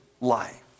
life